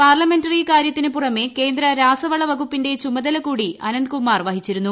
parliamentary കാര്യത്തിന് പുറമേ കേന്ദ്ര രാസവള വകുപ്പിന്റെ ചുമതലകൂടി അനന്ത്കുമാർ വഹിച്ചിരുന്നു